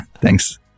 thanks